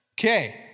Okay